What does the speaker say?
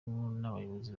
n’abayobozi